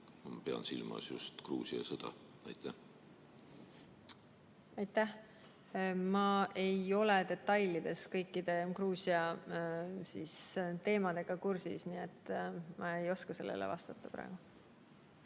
Ma pean silmas just Gruusia sõda. Aitäh! Ma ei ole detailides kõikide Gruusia teemadega kursis, nii et ma ei oska sellele praegu